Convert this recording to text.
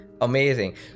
Amazing